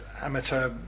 amateur